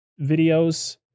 videos